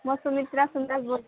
म सुमित्रा सुन्दास बोलको